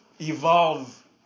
evolve